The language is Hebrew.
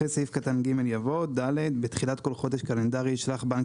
אחרי סעיף קטן (ג) יבוא: "(ד) בתחילת כל חודש קלנדרי ישלח בנק